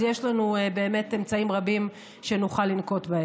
אז יש לנו באמת אמצעים רבים שנוכל לנקוט.